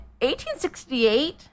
1868